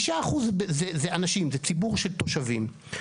5% זה אנשים, זה ציבור של תושבים.